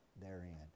therein